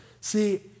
See